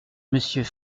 monsieur